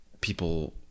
people